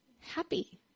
Happy